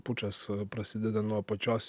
pučas prasideda nuo apačios